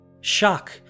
Shock